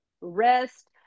rest